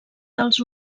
dels